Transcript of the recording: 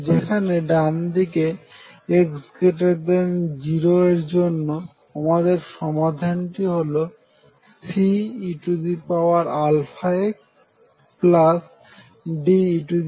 যেখানে ডানদিকে x0 এর জন্য আমাদের সমাধানটি হলো CeαxD e αx